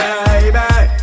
Baby